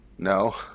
No